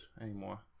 anymore